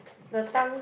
the tongue